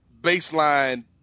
baseline